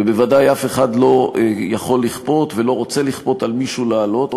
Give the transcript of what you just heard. ובוודאי אף אחד לא יכול לכפות ולא רוצה לכפות על מישהו לעלות.